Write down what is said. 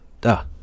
Duh